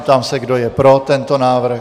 Ptám se, kdo je pro tento návrh.